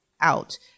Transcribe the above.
out